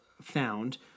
found